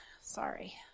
Sorry